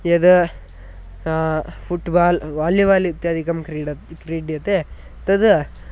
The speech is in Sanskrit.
यद् फुट्बाल् वालिबाल् इत्यादिकं क्रीड क्रीड्यते तद्